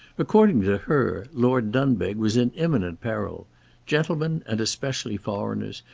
according to her, lord dunbeg was in imminent peril gentlemen, and especially foreigners,